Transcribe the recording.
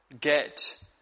get